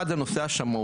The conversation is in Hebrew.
אחד זה נושא השמאויות.